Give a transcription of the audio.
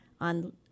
on